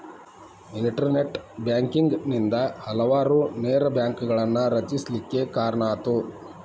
internet banking ನಿಂದಾ ಹಲವಾರು ನೇರ ಬ್ಯಾಂಕ್ಗಳನ್ನ ರಚಿಸ್ಲಿಕ್ಕೆ ಕಾರಣಾತು